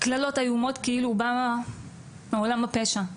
קללות איומות כאילו הוא בא מעולם הפשע,